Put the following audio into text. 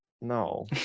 No